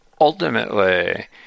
Ultimately